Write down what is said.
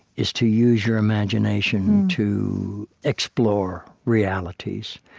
is to use your imagination to explore realities.